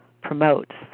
promotes